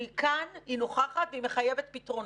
היא כאן, היא נוכחת והיא מחייבת פתרונות.